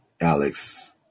Alex